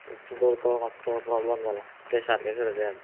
फिडोर तो मातसो प्रोब्लम जाला ते सारके करतले आतां